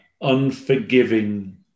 unforgiving